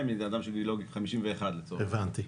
אני הייתי.